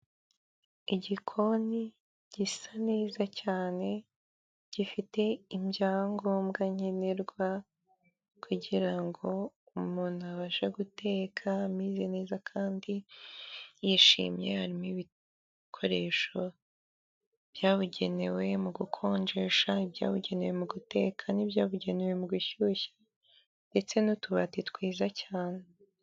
Igikoni gisa neza cyane gifite ibyangombwa nkenerwa kugirango umuntu abashe guteka ameze neza kandi yishimye harimo ibikoresho byabugenewe mu gukonjesha ibyabugenewe mu guteka n'ibyabugenewe mu gushyushya ndetse n'utubati twiza cyane.